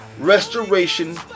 restoration